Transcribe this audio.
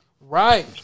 Right